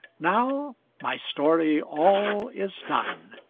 now my story all is done,